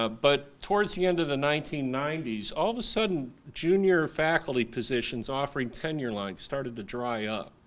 ah but towards the end of the nineteen ninety s all of a sudden junior faculty positions offered tenure line started to dry up.